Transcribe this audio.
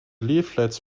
leaflets